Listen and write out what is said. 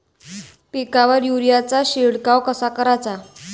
पिकावर युरीया चा शिडकाव कसा कराचा?